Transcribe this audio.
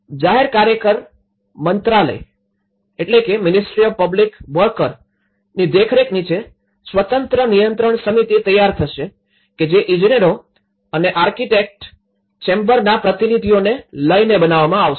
જાહેર કાર્યકર મંત્રાલયની દેખરેખ નીચે સ્વતંત્ર નિયંત્રણ સમિતિ તૈયાર થશે કે જે ઇજનેરો અને આર્કિટેક્ટ ચેમ્બરના પ્રતિનિધિઓને લઈને બનાવવામાં આવશે